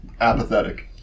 Apathetic